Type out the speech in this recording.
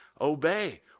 Obey